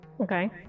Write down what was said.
Okay